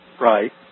Right